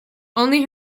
only